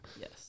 Yes